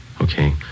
Okay